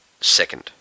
second